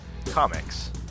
Comics